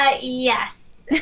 Yes